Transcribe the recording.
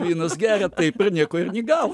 vynas geria taip ir nieko ir nigaus